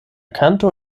kanto